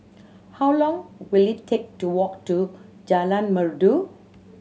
how long will it take to walk to Jalan Merdu